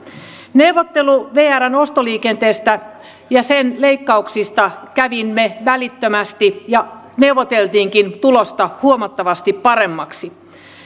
neuvottelun vrn ostoliikenteestä ja sen leikkauksista kävimme välittömästi ja neuvottelimmekin tulosta huomattavasti paremmaksi